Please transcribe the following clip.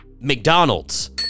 mcdonald's